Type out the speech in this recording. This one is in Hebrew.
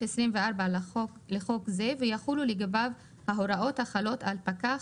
לחוק זה, ויחולו לגביו ההוראות החלות על פקח